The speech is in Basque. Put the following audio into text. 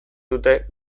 dute